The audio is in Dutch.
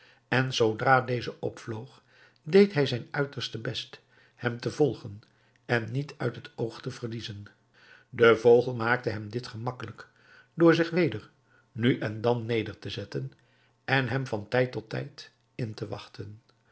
en zoodra deze opvloog deed hij zijn uiterste best hem te volgen en niet uit het oog te verliezen de vogel maakte hem dit gemakkelijk door zich weder nu en dan neder te zetten en hem van tijd tot tijd in te wachten